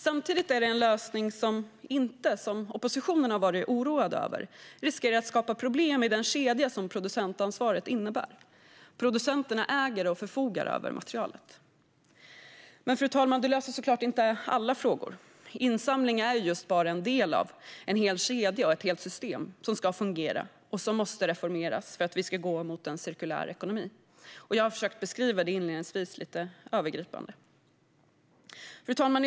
Samtidigt är det en lösning som inte, som oppositionen varit oroad över, riskerar att skapa problem i den kedja som producentansvaret innebär. Producenterna äger och förfogar över materialet. Fru talman! Detta löser såklart inte alla frågor. Insamling är ju just bara en del av en hel kedja och ett helt system som ska fungera och som måste reformeras för att vi ska gå mot en cirkulär ekonomi. Jag försökte inledningsvis beskriva detta lite övergripande. Fru talman!